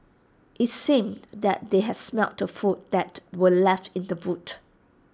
IT seemed that they had smelt the food that were left in the boot